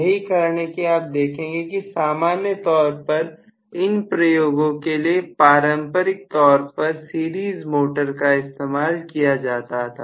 यही कारण है कि आप देखेंगे कि सामान्य तौर पर इन प्रयोगों के लिए पारंपरिक तौर पर सीरीज मोटर का इस्तेमाल किया जाता था